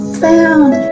found